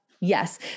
Yes